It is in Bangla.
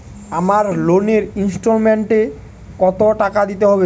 আমার লোনের ইনস্টলমেন্টৈ কত টাকা দিতে হবে?